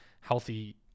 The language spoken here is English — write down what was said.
healthy